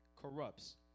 corrupts